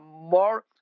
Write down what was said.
more